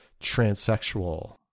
transsexual